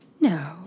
No